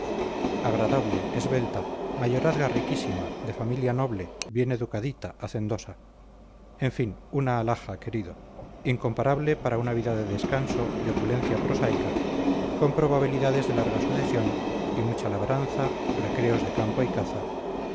beltrán agradable esbelta mayorazga riquísima de familia noble bien educadita hacendosa en fin una alhaja querido incomparable para una vida de descanso de opulencia prosaica con probabilidades de larga sucesión y mucha labranza recreos de campo y caza